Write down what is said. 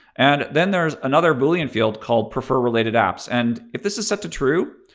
and then there's another boolean field called prefer related apps. and if this is set to true,